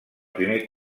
primer